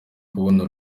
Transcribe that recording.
kubona